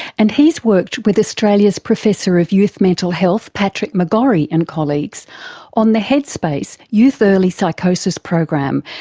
and he's worked with australia's professor of youth mental health patrick mcgorry and colleagues on the headspace youth early psychosis program,